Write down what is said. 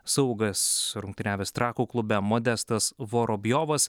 saugas rungtyniavęs trakų klube modestas vorobjovas